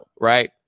right